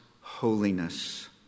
holiness